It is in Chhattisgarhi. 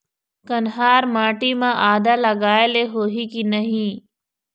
कन्हार माटी म आदा लगाए ले होही की नहीं?